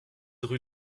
rue